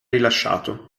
rilasciato